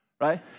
right